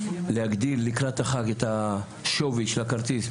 להגדיל לקראת החג את השווי של הכרטיס,